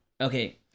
Okay